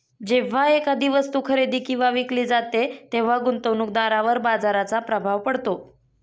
जेव्हा एखादी वस्तू खरेदी किंवा विकली जाते तेव्हा गुंतवणूकदारावर बाजाराचा प्रभाव पडतो